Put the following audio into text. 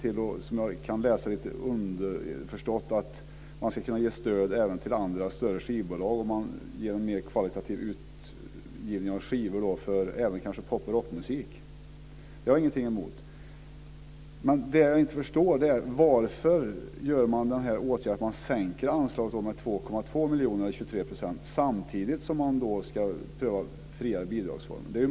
Lite underförstått kan man läsa att det ska kunna ges stöd även till andra, större skivbolag om de har en mer kvalitativ utgivning av skivor, och kanske även pop och rockmusik. Det har jag alltså ingenting emot, men vad jag inte förstår är varför man vidtar åtgärden att sänka anslaget med 2,2 miljoner eller 23 % samtidigt som man ska pröva friare bidragsformer.